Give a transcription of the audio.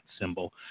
symbol